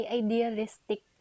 idealistic